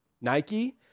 Nike